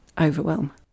overwhelm